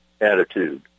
attitude